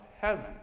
heaven